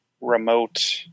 Remote